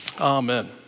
Amen